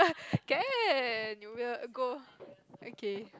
can you will a go